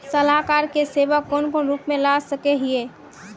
सलाहकार के सेवा कौन कौन रूप में ला सके हिये?